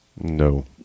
No